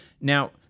Now